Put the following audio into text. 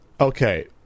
Okay